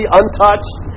untouched